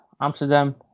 Amsterdam